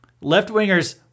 Left-wingers